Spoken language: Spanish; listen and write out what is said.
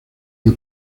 que